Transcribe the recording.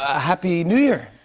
ah happy new year.